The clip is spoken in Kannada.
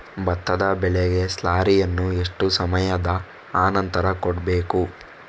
ಭತ್ತದ ಬೆಳೆಗೆ ಸ್ಲಾರಿಯನು ಎಷ್ಟು ಸಮಯದ ಆನಂತರ ಕೊಡಬೇಕು?